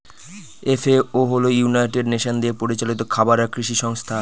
FAO হল United Nation দিয়ে পরিচালিত খাবার আর কৃষি সংস্থা